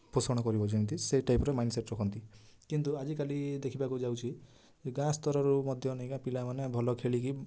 ପୋଷଣ କରିବ ଯେମିତି ସେଇ ଟାଇପ୍ର ମାଇଣ୍ଡ ସେଟ୍ ରଖନ୍ତି କିନ୍ତୁ ଆଜିକାଲି ଦେଖିବାକୁ ଯାଉଛି ଏ ଗାଁ ସ୍ତରରୁ ମଧ୍ୟ ନେଇକା ପିଲାମାନେ ଭଲ ଖେଳିକି